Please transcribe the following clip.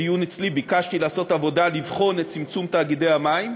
בדיון אצלי ביקשתי לעשות עבודה ולבחון את צמצום מספר תאגידי המים.